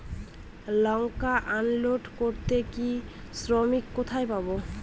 লঙ্কা unload করতে আমি শ্রমিক কোথায় পাবো?